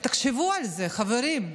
תחשבו על זה, חברים.